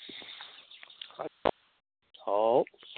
ꯍꯥꯎ